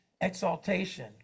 exaltation